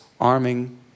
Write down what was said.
arming